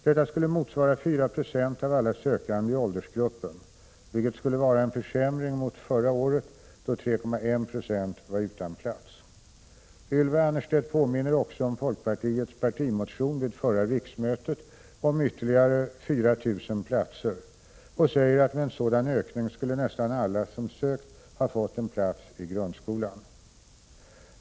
Detta skulle motsvara 4 96 av alla sökande i åldersgruppen, vilket skulle vara en försämring mot förra året, då 3,1 26 var utan plats. Ylva Annerstedt påminner också om folkpartiets partimotion vid förra riksmötet om ytterligare 4 000 platser och säger att med en sådan ökning skulle nästan alla som sökt ha fått en plats i gymnasieskolan.